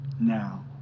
now